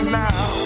now